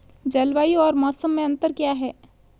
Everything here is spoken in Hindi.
जलवायु और मौसम में अंतर क्या है?